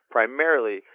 Primarily